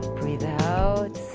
breathe out,